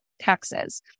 taxes